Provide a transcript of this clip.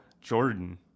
Jordan